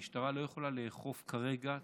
המשטרה לא יכולה לאכוף כרגע,